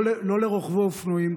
לא לרוכבי אופנועים.